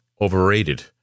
overrated